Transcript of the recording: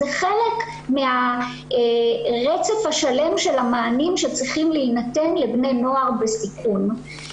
זה חלק מהרצף השלם של המענים שצריכים להינתן לבני נוער בסיכון.